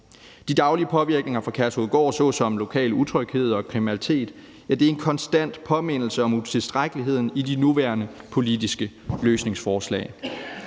De daglige påvirkninger fra Kærshovedgård såsom lokal utryghed og kriminalitet er en konstant påmindelse om utilstrækkeligheden i de nuværende politiske løsningsforslag.